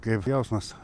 kaip jausmas